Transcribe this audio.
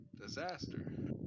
Disaster